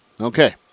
Okay